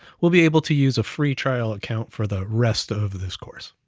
we'll be able to use a free trial account for the rest of this course.